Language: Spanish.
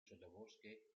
sotobosque